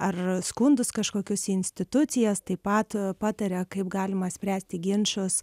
ar skundus kažkokius į institucijas taip pat pataria kaip galima spręsti ginčus